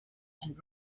and